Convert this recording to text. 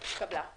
הצבעה אושרו.